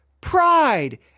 Pride